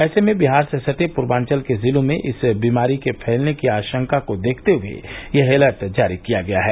ऐसे में बिहार से सटे पूर्वांचल के जिलों में इस बीमारी के फैलने की आशंका को देखते हुये यह एलर्ट जारी किया गया है